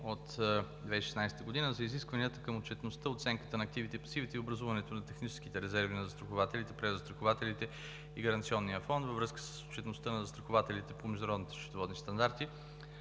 от 2016 г. за изискванията към отчетността, оценката на активите и пасивите и образуването на техническите резерви на застрахователите, презастрахователите и Гаранционния фонд във връзка с отчетността на застрахователите по Международни счетоводни стандарти